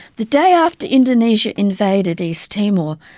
the day after indonesia invaded east timor,